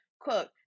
Quote